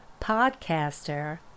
podcaster